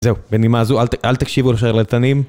זהו, בנימה זו, אל תקשיבו לשרלטנים.